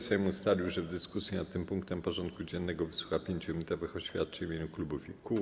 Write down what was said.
Sejm ustalił, że w dyskusji nad tym punktem porządku dziennego wysłucha 5-minutowych oświadczeń w imieniu klubów i kół.